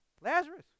Lazarus